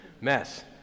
mess